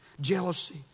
jealousy